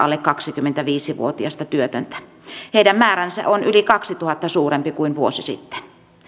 alle kaksikymmentäviisi vuotiasta työtöntä heidän määränsä on yli kaksituhatta suurempi kuin vuosi sitten